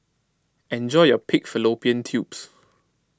enjoy your Pig Fallopian Tubes